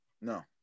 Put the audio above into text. No